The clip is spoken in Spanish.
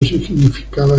significaba